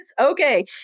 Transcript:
okay